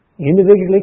Individually